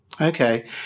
okay